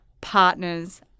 partners